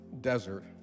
desert